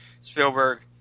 Spielberg